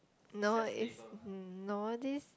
no is no this